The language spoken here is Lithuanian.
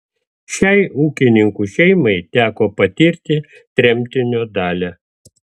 šiai ūkininkų šeimai teko patirti tremtinio dalią